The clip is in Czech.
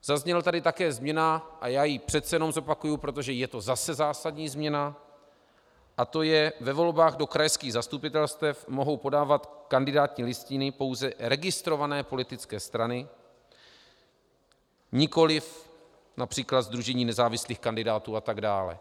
Zazněla tady také změna, a já ji přece jenom zopakuji, protože je to zase zásadní změna, a to že ve volbách do krajských zastupitelstev mohou podávat kandidátní listiny pouze registrované politické strany, nikoliv například sdružení nezávislých kandidátů atd.